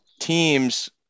teams